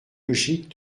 logique